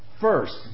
First